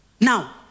Now